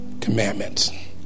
commandments